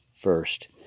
first